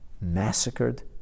massacred